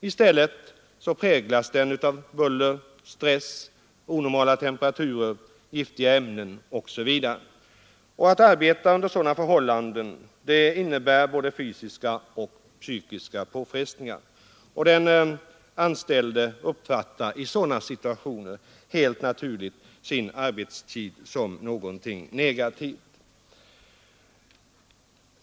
I stället präglas miljön av buller, stress, onormala temperaturer, giftiga ämnen osv. Att arbeta under sådana förhållanden innebär både fysiska och psykiska påfrestningar, och den anställde uppfattar helt naturligt sin arbetstid som någonting negativt.